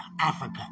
Africa